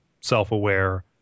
self-aware